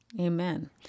Amen